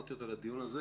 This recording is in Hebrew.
שמרתי אותה לדיון הזה